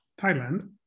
Thailand